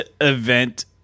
event –